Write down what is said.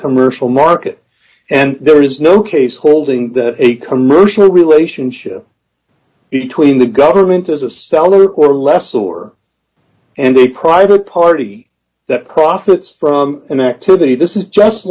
commercial market and there is no case holding that a commercial relationship between the government as a seller or less or and a private party that profits from an activity this is just